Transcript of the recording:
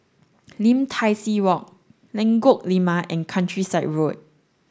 Lim Tai See Walk Lengkok Lima and Countryside Road